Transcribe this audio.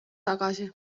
tagasi